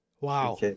Wow